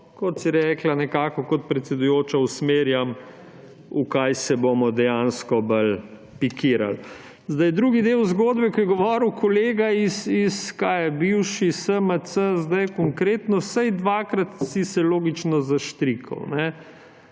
kot si rekla, nekako kot predsedujoča usmerjam, v kaj se bomo dejansko bolj pikirali. Drugi del zgodbe, ko je govoril kolega iz – kaj je – bivši SMC, sedaj Konkretno. Vsaj dvakrat si se logično zaštrikal.